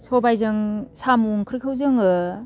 सबायजों साम' ओंख्रिखौ जोङो